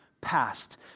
past